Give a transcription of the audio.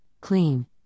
clean